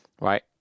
right